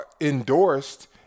endorsed